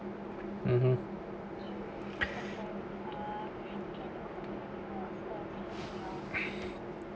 (uh huh)